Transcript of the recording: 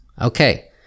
Okay